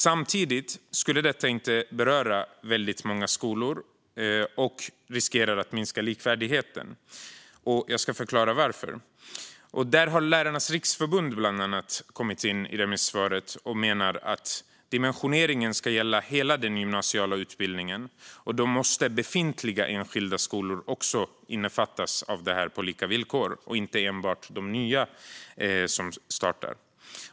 Samtidigt skulle detta inte beröra så många skolor och riskerar att minska likvärdigheten. Jag ska förklara varför. Bland annat Lärarnas Riksförbund menar i sitt remissvar att dimensioneringen ska gälla hela den gymnasiala utbildningen, och då måste befintliga enskilda skolor också omfattas av det här på lika villkor och inte enbart de nya som startar.